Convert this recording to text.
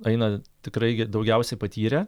aina tikrai daugiausiai patyrę